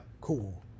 Cool